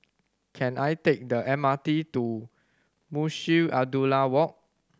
can I take the M R T to Munshi Abdullah Walk